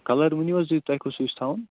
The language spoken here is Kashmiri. کَلر ؤنِو حظ تُہۍ تۄہہِ کُس ہیٚو چھُ تھاوُن